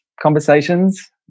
conversations